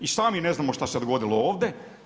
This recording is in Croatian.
I sami ne znamo što se dogodilo ovde.